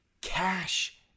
cash